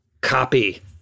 copy